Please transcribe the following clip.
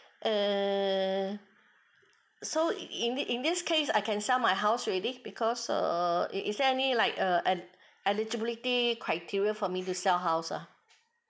err so in this in this case I can sell my house already because err is there any like err e~ eligibility criteria for me to sell house uh